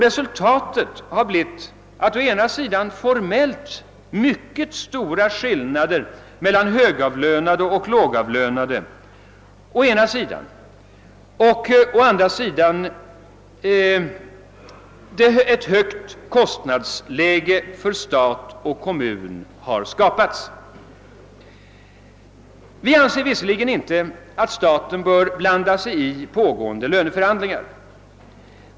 Resultatet har blivit å ena sidan formellt mycket stora skillnader mellan högavlönade och lågavlönade och å andra sidan ett högt kostnadsläge för stat och kommun. Vi anser visserligen att staten inte bör blanda sig i pågående löneförhandlingar.